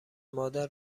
مادر